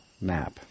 map